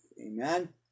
Amen